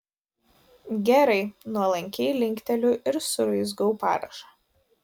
gerai nuolankiai linkteliu ir suraizgau parašą